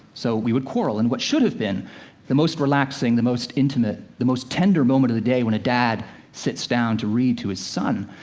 so we would quarrel. and what should have been the most relaxing, the most intimate, the most tender moment of the day, when a dad sits down to read to his son,